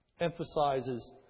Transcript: Emphasizes